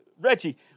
Reggie